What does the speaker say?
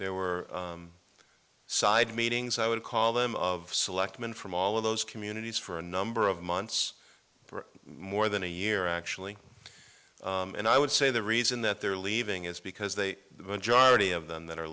there were side meetings i would call them of selectmen from all of those communities for a number of months more than a year actually and i would say the reason that they're leaving is because they the majority of them that are